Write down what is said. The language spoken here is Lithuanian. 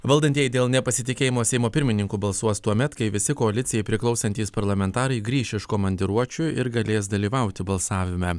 valdantieji dėl nepasitikėjimo seimo pirmininku balsuos tuomet kai visi koalicijai priklausantys parlamentarai grįš iš komandiruočių ir galės dalyvauti balsavime